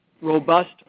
robust